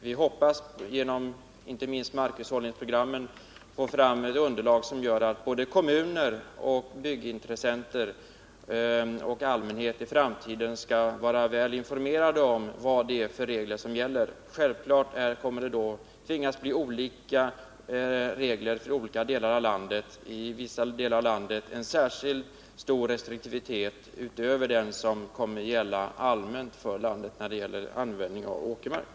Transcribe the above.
Vi hoppas att genom inte minst markhushållningsprogrammen få fram ett underlag som gör att kommuner, byggintressenter och allmänhet i framtiden skall vara väl informerade om vad det är för regler som gäller. Självfallet måste det bli olika regler för olika delar av landet. I vissa delar krävs särskilt stor restriktivitet utöver den som kommer att gälla allmänt för landet i fråga om användningen av åkermark.